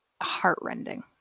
heartrending